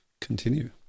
continue